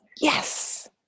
Yes